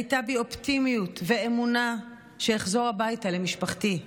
היו בי אופטימיות ואמונה שאחזור הביתה למשפחתי.